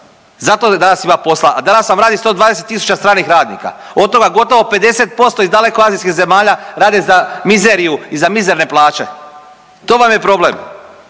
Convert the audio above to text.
Zato ovdje danas ima posla, a danas vam radi 120 tisuća stranih radnika, od toga gotovo 50% iz dalekoazijskih zemalja, rade za mizeriju i za mizerne plaće. To vam je problem.